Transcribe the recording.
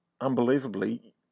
unbelievably